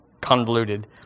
convoluted